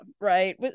right